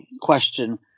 question